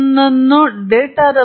ವಿಶ್ಲೇಷಣೆಯ ಡೊಮೇನ್ ಅನ್ನು ಆಯ್ಕೆಮಾಡಿ